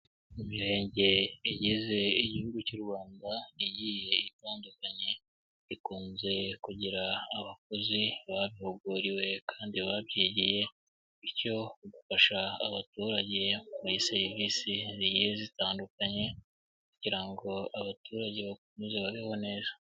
Imirenge igize igihugu cy'u Rwanda, igiye itandukanye, ikunze kugira abakozi babihuguriwe kandi babyigiye, bityo abagafasha abaturage kuri serivisi zitandukanye, kugira ngo abaturage bakomeze babeho neza.